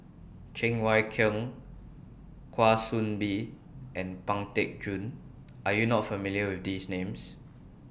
Cheng Wai Keung Kwa Soon Bee and Pang Teck Joon Are YOU not familiar with These Names